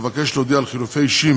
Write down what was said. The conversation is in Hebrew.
אבקש להודיע על חילופי אישים